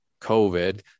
covid